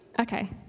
okay